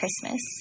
Christmas